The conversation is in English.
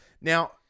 Now